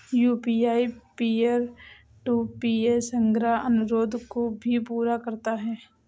UPI peer to peer संग्रह अनुरोध को भी पूरा करता है